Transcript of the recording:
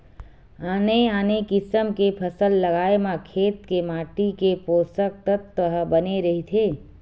आने आने किसम के फसल लगाए म खेत के माटी के पोसक तत्व ह बने रहिथे